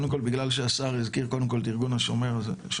קודם כל בגלל שהשר הזכיר קודם כל את ארגון השומר החדש,